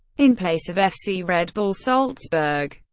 in place of fc red bull salzburg.